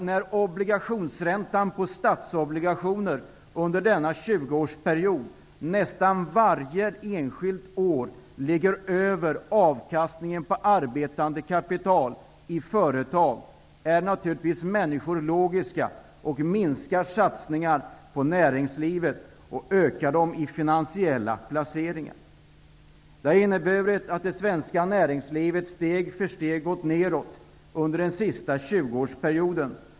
När obligationsräntan på statsobligationer under denna 20 årsperiod nästan varje enskilt år ligger över avkastningen på arbetande kapital i företag är naturligtvis människor logiska och minskar satsningar på näringslivet och ökar dem i finansiella placeringar. Det har inneburit att det svenska näringslivet steg för steg gått nedåt under den senaste 20 årsperioden.